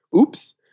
Oops